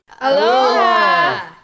Aloha